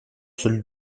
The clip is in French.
seuls